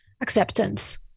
acceptance